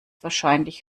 wahrscheinlich